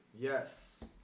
Yes